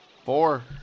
Four